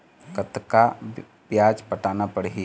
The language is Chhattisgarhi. कतका ब्याज पटाना पड़ही?